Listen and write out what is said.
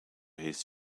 his